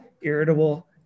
irritable